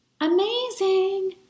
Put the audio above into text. amazing